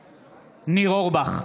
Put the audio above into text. (קורא בשמות חברי הכנסת) ניר אורבך,